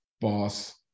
boss